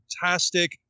fantastic